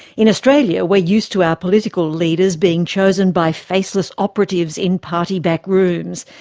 in australia, we're used to our political leaders being chosen by faceless operatives in party backrooms.